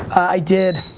i did.